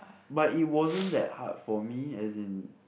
but it wasn't that hard for me as in